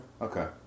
Okay